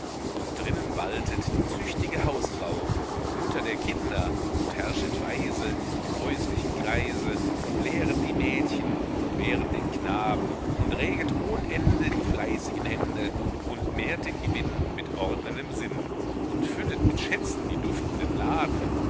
und drinnen waltet die züchtige hausfrau die mutter der kinder und herrschet weise im häuslichen kreise und lehret die mädchen und wehret den knaben und reget ohn ende die fleißigen hände ünd mehrt den gewinn mit ordnendem sinn und füllet mit schätzen die duftenden laden